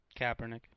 Kaepernick